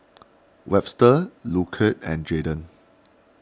Webster Lucile and Jadyn